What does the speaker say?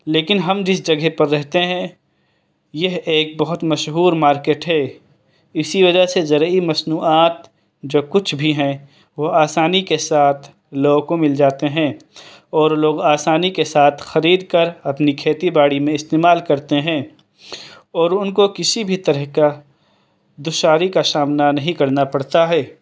لیکن ہم جس جگہ پر رہتے ہیں یہ ایک بہت مشہور مارکیٹ ہے اسی وجہ سے زرعی مصنوعات جو کچھ بھی ہیں وہ آسانی کے ساتھ لوگوں کو مل جاتے ہیں اور لوگ آسانی کے ساتھ خرید کر اپنی کھیتی باڑی میں استعمال کرتے ہیں اور ان کو کسی بھی طرح کا دشواری کا سامنا نہیں کرنا پڑتا ہے